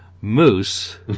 moose